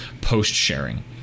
post-sharing